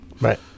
Right